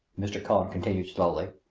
mr. cullen continued slowly,